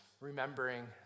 remembering